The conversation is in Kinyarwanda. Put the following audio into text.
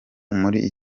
muri